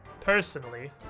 personally